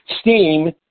STEAM